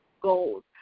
goals